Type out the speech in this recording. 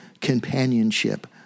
companionship